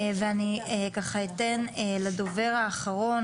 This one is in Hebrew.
ואני אתן ככה לדובר האחרון,